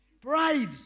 Pride